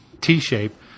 T-shape